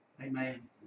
amen